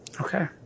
Okay